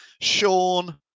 Sean